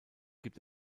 gibt